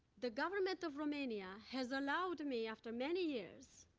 the government of romania has allowed me, after many years,